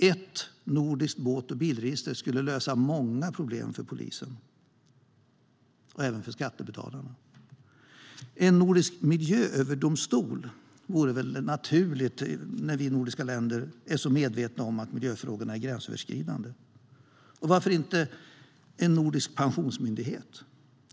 Ett nordiskt båt och bilregister skulle lösa många problem för polisen och även för skattebetalarna. Det vore naturligt med en nordisk miljööverdomstol när vi i de nordiska länderna är så medvetna om att miljöfrågorna är gränsöverskridande. Och varför inte en nordisk pensionsmyndighet?